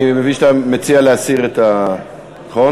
אני מבין שאתה מציע להסיר, נכון?